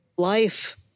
life